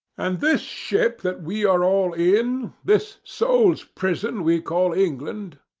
and this ship that we are all in? this soul's prison we call england?